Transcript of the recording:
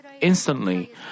instantly